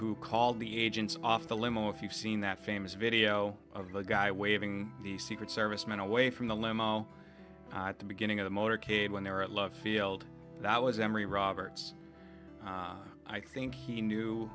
who called the agents off the limo if you've seen that famous video of the guy waving the secret service men away from the limo at the beginning of the motorcade when they're at love field that was emory roberts i think he knew